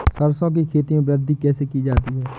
सरसो की खेती में वृद्धि कैसे की जाती है?